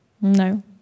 no